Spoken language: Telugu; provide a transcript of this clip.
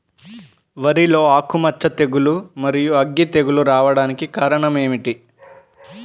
వరిలో ఆకుమచ్చ తెగులు, మరియు అగ్గి తెగులు రావడానికి కారణం ఏమిటి?